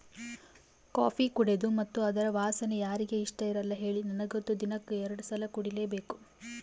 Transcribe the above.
coffee ಕುಡೇದು ಮತ್ತೆ ಅದರ ವಾಸನೆ ಯಾರಿಗೆ ಇಷ್ಟಇರಲ್ಲ ಹೇಳಿ ನನಗಂತೂ ದಿನಕ್ಕ ಎರಡು ಸಲ ಕುಡಿಲೇಬೇಕು